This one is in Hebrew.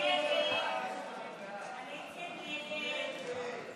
הצעת סיעות ימינה